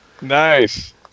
Nice